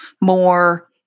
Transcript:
more